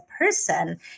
person